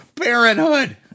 parenthood